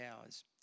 hours